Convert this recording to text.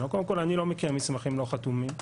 אני לא מכיר מסמכים לא חתומים.